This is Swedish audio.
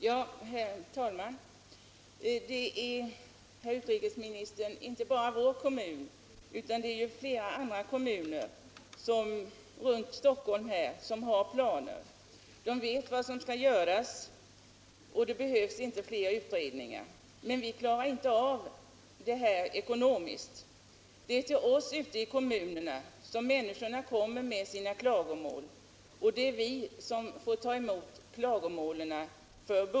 Herr talman! Det är, herr kommunikationsminister, inte bara vår kommun utan flera andra kommuner runt Stockholm som har planer på detta område. De vet vad som skall göras, och det behövs inte fler utredningar för detta, men vi klarar inte av det ekonomiskt. Det är till oss ute i kommunerna som människorna kommer med sina klagomål, och det gäller också i bullerfrågor.